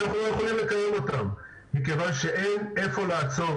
אנחנו לא יכולים לקיים אותן מכיוון שאין איפה לעצור,